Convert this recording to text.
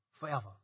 Forever